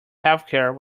healthcare